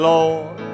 Lord